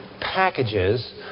packages